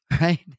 right